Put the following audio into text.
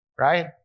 right